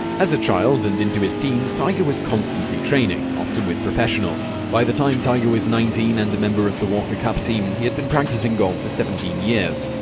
as a child and into his teens tiger was constantly training, often with professionals. by the time that tiger was nineteen and a member of the walker cup team, he had been practicing golf for seventeen years.